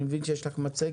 אני מבין שיש לך מצגת.